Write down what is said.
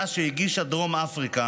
לתביעה שהגישה דרום אפריקה,